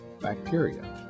bacteria